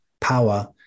power